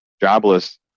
jobless